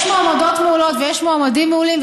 יש מועמדות מעולות ויש מועמדים מעולים,